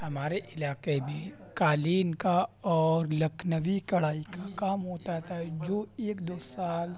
ہمارے علاقے میں قالین کا اور لکھنوی کڑھائی کا کام ہوتا تھا جو ایک دو سال